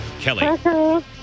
Kelly